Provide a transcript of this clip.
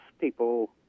people